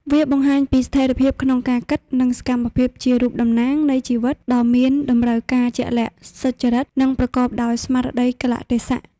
វាបង្ហាញពីស្ថិរភាពក្នុងការគិត និងសកម្មភាពជារូបតំណាងនៃជីវិតដ៏មានតំរូវការជាក់លាក់ សុចរិត និងប្រកបដោយស្មារតីកាលៈទេសៈ។